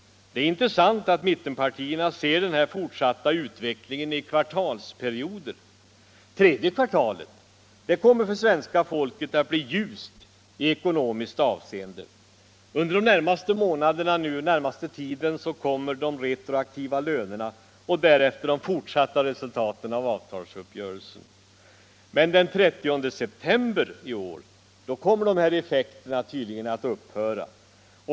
Det är intressant att mittenpartierna ser den fortsatta utvecklingen i kvartalsperioder. Tredje kvartalet kommer att bli ljust i ekonomiskt avseende för svenska folket. Under de närmaste månaderna kommer de retroaktiva lönerna och därefter de fortsatta resultaten av avtalsrörelsen. Men den 30 september i år kommer dessa effekter tydligen att upphöra.